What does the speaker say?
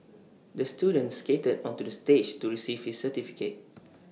the student skated onto the stage to receive his certificate